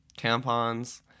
Tampons